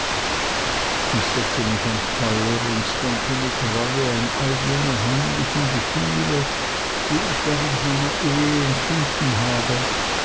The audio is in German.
ich setze mich ans feuer und denke mit reue an alle jene heimlichen gefühle die ich während meiner ehe empfunden habe